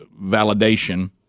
validation